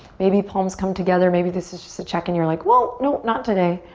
maybe palms come together, maybe this is just the check in, you're like, whoa, no, not today.